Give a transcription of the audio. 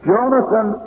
Jonathan